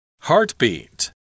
Heartbeat